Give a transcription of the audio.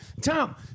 Tom